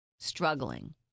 struggling